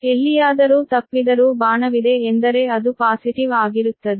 ಎಲ್ಲಿಯಾದರೂ ತಪ್ಪಿದರೂ ಬಾಣವಿದೆ ಎಂದರೆ ಅದು ಪಾಸಿಟಿವ್ ಆಗಿರುತ್ತದೆ